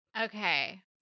okay